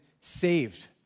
saved